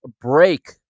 break